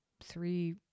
three